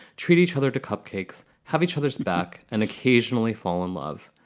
treat each other to cupcakes, have each other's back and occasionally fall in love.